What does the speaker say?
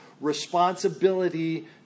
responsibility